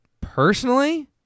Personally